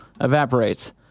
evaporates